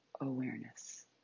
Awareness